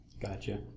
Gotcha